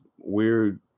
weird